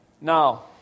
Now